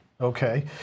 okay